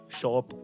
shop